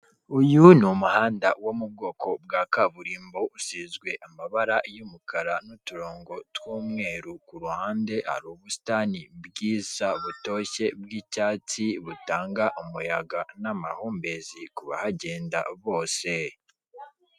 Uyu ni umuhanda wo mu bwoko bwa kaburimbo, usizwe amabara y'umukara n'uturongo tw'umweru, ku ruhande hari ubusitani bwiza butoshye, bw'icyatsi, butanga umuyaga n'amahumbezi ku bahagenda bose.